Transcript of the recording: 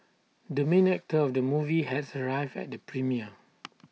the main actor of the movie has arrived at the premiere